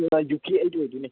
ꯑꯥ ꯌꯨ ꯀꯦ ꯑꯩꯠ ꯑꯣꯏꯗꯣꯏꯅꯦ